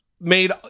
made